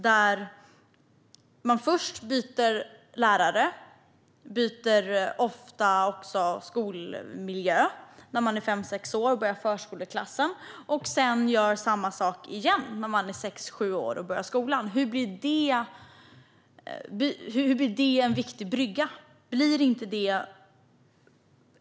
Man byter först lärare och ofta också skolmiljö när man är fem sex år och börjar i förskoleklassen och gör sedan samma sak igen när man är sex sju år och börjar skolan. Hur blir det en viktig brygga?